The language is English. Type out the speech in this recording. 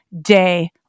day